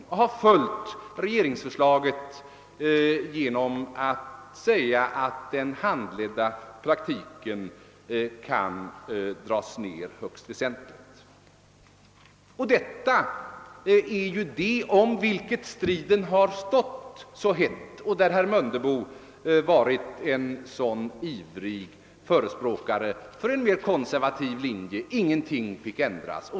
Utskottet har följt regeringens förslag genom att uttala, att den handledda praktiken kan minskas högst väsentligt. Det är om detta striden har stått så het. Herr Mundebo har varit en ivrig förespråkare för en mer konservativ linje som innebär att ingenting får ändras.